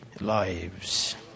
lives